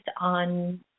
on